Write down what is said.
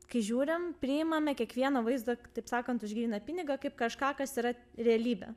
kai žiūrim priimame kiekvieną vaizdą kitaip sakant už gryną pinigą kaip kažką kas yra realybė